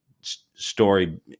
story